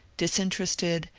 disinterested,